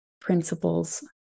principles